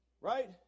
Right